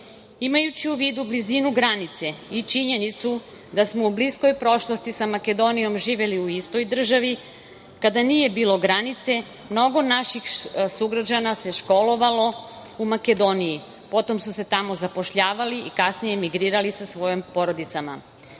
Imajući u vidu blizinu granice i činjenicu da smo u bliskoj prošlosti sa Makedonijom živeli u istoj državi, kada nije bilo granice, mnogo naših sugrađana se školovalo u Makedoniji, potom su se tamo zapošljavali, i kasnije emigrirali sa svojim porodicama.